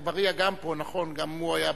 חבר הכנסת אגבאריה גם פה, גם הוא היה בזמן.